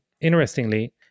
Interestingly